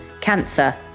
cancer